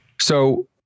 So-